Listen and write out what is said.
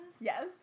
Yes